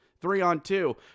three-on-two